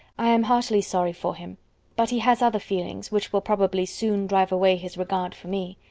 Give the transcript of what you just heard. i am heartily sorry for him but he has other feelings, which will probably soon drive away his regard for me.